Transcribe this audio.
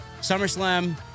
SummerSlam